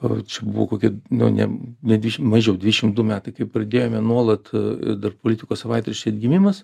o čia buvo kokie nu ne ne dvidešim mažiau dvidešim du metai kai pradėjome nuolat a dar politikos savaitraštį atgimimas